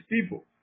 people